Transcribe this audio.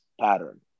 pattern